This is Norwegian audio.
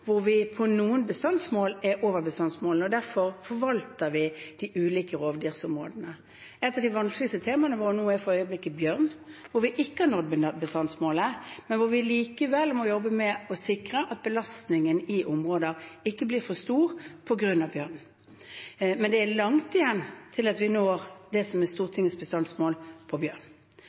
På noen av dem er vi over bestandsmålene, og derfor forvalter vi de ulike rovdyrområdene. Et av de vanskeligste temaene våre er for øyeblikket bjørn, hvor vi ikke har nådd bestandsmålet, men hvor vi likevel må jobbe med å sikre at belastningen i områder ikke blir for stor på grunn av bjørn. Men det er langt igjen til vi når det som er Stortingets bestandsmål